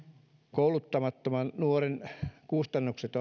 kouluttamattoman nuoren kustannukset